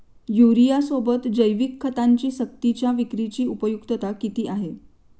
युरियासोबत जैविक खतांची सक्तीच्या विक्रीची उपयुक्तता किती?